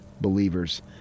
believers